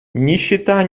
нищета